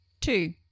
Two